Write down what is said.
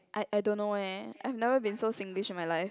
I I don't know eh I have never been so Singlish in my life